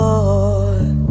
Lord